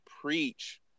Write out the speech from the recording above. preach